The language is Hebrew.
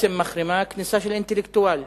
מחרימה כניסה של אינטלקטואל?